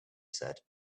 said